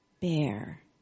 bear